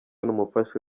n’umufasha